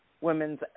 women's